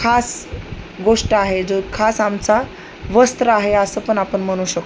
खास गोष्ट आहे जो खास आमचा वस्त्र आहे असंपण आपण म्हणू शकतो